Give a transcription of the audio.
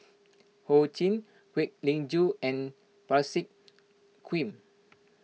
Ho Ching Kwek Leng Joo and Parsick